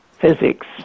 physics